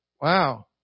Wow